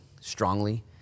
strongly